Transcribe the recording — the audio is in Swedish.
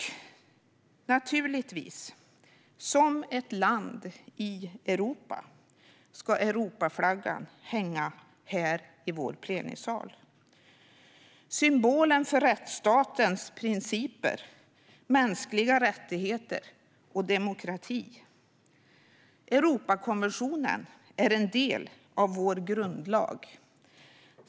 Eftersom vi är ett land i Europa ska Europaflaggan naturligtvis hänga här i vår plenisal. Den är symbolen för rättsstatens principer, mänskliga rättigheter och demokrati. Europakonventionen är en del av vår grundlag.